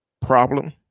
problem